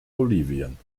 bolivien